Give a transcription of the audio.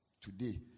Today